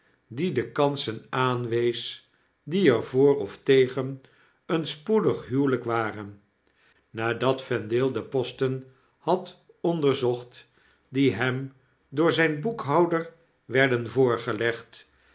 die de kansen aanwees die er voor of tegen een spoedig huwelyk waren nadat vendale de posten had onderzocht die hem door zyn boekhouder werden voorgelegd